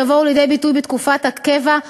שיבואו לידי ביטוי בתקופת הקבע,